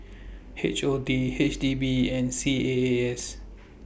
H O T H D B and C A A S